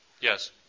Yes